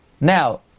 Now